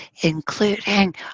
including